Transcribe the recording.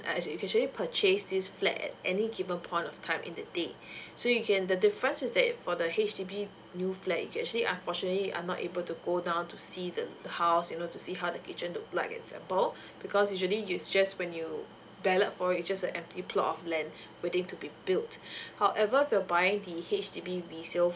as in you can actually purchase this flat at any given point of time in the day so you can the difference is that for the H_D_B new flat you can actually unfortunately are not able to go down to see the the house you know to see how the kitchen look like at sample because usually you just when you ballot for it's just an empty plot of land waiting to be built however if you are buying the H_D_B resales